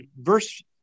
verse